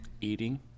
Eating